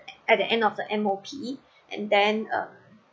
at the end of the M_O_P and then um